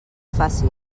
fàcil